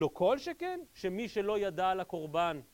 לא כל שכן, שמי שלא ידע על הקורבן.